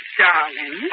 darling